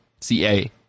CA